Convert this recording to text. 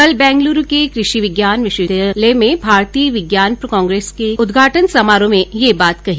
कल बेंगलूरू के कृषि विज्ञान विश्वविद्यालय में भारतीय विज्ञान कांग्रेस के उदघाटन समारोह में ये बात कही